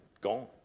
gone